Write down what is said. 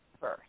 first